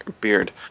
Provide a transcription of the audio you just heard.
Beard